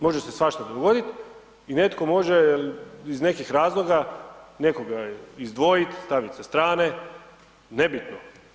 Može se svašta dogoditi i netko može iz nekih razloga nekoga izdvojiti, staviti sa strane, nebitno.